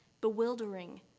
bewildering